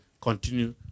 continue